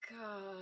God